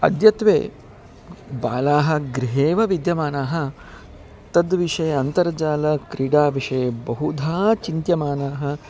अद्यत्वे बालाः गृहे एव विद्यमानाः तद्विषये अन्तर्जाले क्रीडाविषये बहुधा चिन्त्यमानाः